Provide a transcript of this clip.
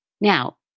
Now